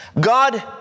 God